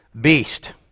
beast